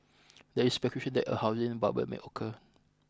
there is speculation that a housing bubble may occur